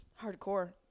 Hardcore